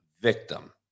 victim